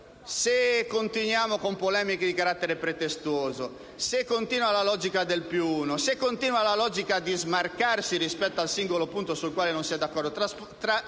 se continuiamo con polemiche di carattere pretestuoso, se continua la logica del "più uno", se continua la logica di smarcarsi rispetto al singolo punto sul quale non si è d'accordo,